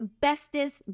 bestest